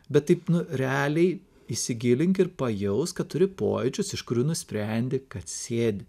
bet taip nu realiai įsigilink ir pajausk kad turi pojūčius iš kurių nusprendi kad sėdi